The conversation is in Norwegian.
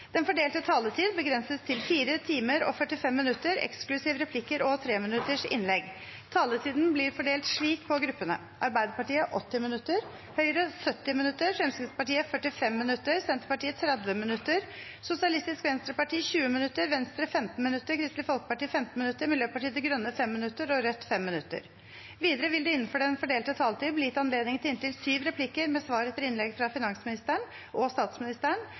Den fordelte taletid begrenses til 4 timer og 45 minutter, eksklusiv replikker og treminuttersinnlegg. Taletiden blir fordelt slik på gruppene: Arbeiderpartiet 80 minutter, Høyre 70 minutter, Fremskrittspartiet 45 minutter, Senterpartiet 30 minutter, Sosialistisk Venstreparti 20 minutter, Venstre 15 minutter, Kristelig Folkeparti 15 minutter, Miljøpartiet De Grønne 5 minutter og Rødt 5 minutter. Videre vil det – innenfor den fordelte taletid – bli gitt anledning til inntil syv replikker med svar etter innlegg fra finansministeren og statsministeren